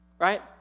Right